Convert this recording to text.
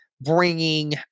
bringing